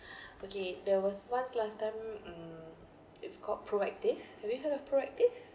okay there was once last time mm it's called proactive have you heard of proactive